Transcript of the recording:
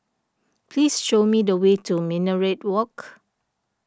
please show me the way to Minaret Walk